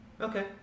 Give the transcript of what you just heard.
Okay